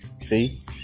See